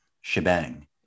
shebang